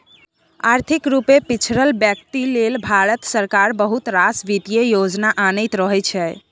आर्थिक रुपे पिछरल बेकती लेल भारत सरकार बहुत रास बित्तीय योजना अनैत रहै छै